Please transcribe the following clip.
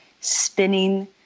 spinning